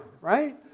right